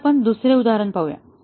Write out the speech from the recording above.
आता आपण दुसरे उदाहरण पाहूया